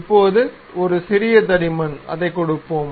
இப்போது ஒரு சிறிய தடிமன் அதைக் கொடுப்போம்